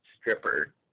stripper